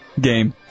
game